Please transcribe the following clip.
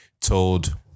told